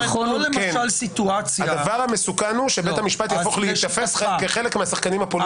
שבית המשפט ייתפס כחלק מהשחקנים הפוליטיים.